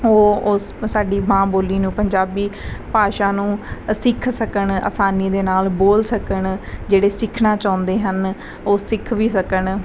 ਉਹ ਉਸ ਸਾਡੀ ਮਾਂ ਬੋਲੀ ਨੂੰ ਪੰਜਾਬੀ ਭਾਸ਼ਾ ਨੂੰ ਸਿੱਖ ਸਕਣ ਆਸਾਨੀ ਦੇ ਨਾਲ ਬੋਲ ਸਕਣ ਜਿਹੜੇ ਸਿੱਖਣਾ ਚਾਹੁੰਦੇ ਹਨ ਉਹ ਸਿੱਖ ਵੀ ਸਕਣ